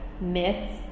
myths